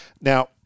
Now